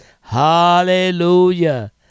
Hallelujah